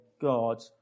God